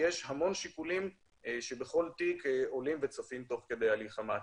ויש המון שיקולים שעולים וצפים בכל תיק תוך כדי הליך המעצר.